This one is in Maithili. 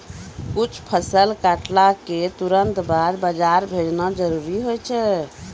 कुछ फसल कटला क तुरंत बाद बाजार भेजना जरूरी होय छै